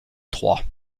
trois